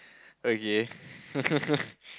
okay